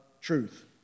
truth